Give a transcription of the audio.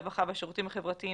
הרווחה והשירותים החברתיים,